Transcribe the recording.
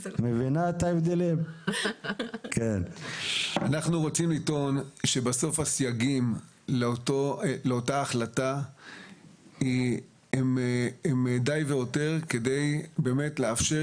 אנחנו רוצים לטעון שבסוף הסייגים לאותה החלטה הם די והותר כדי לאפשר